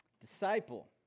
Disciple